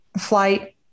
flight